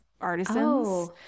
artisans